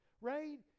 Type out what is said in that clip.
right